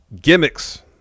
gimmicks